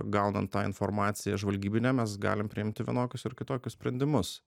gaunant tą informaciją žvalgybinę mes galim priimti vienokius ar kitokius sprendimus